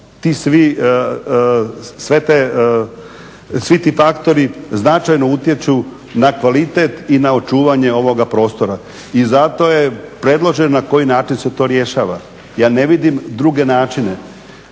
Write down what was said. ti svi faktori značajno utječu na kvalitet i na očuvanje ovoga prostora. I zato je predloženo na koji način se to rješava. Ja ne vidim druge načine.